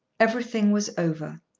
everything was over.